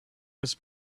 was